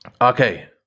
Okay